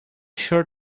sure